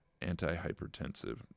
antihypertensive